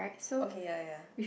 okay ya ya ya